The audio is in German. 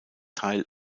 teil